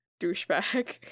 Douchebag